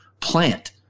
plant